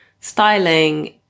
styling